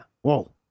Whoa